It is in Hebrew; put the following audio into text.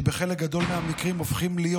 שבחלק גדול מהמקרים הופכים להיות